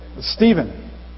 Stephen